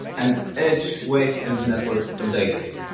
and each weight in the network is updated.